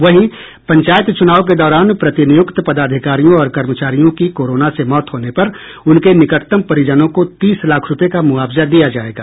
वहीं पंचायत चुनाव के दौरान प्रतिनियुक्त पदाधिकारियों और कर्मचारियों की कोरोना से मौत होने पर उनके निकटतम परिजनों को तीस लाख रूपये का मुआवजा दिया जायेगा